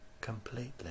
completely